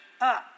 up